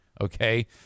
okay